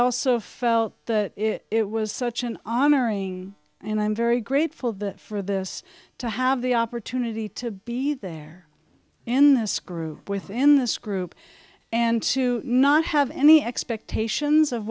also felt that it was such an honor and i'm very grateful the for this to have the opportunity to be there in this group within this group and to not have any expectations of